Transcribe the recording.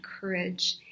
courage